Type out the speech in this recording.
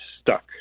stuck